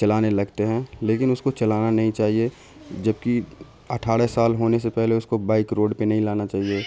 چلانے لگتے ہیں لیکن اس کو چلانا نہیں چاہیے جبکہ اٹھاڑہ سال ہونے سے پہلے اس کو بائک روڈ پہ نہیں لانا چاہیے